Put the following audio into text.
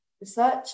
Research